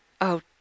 Oh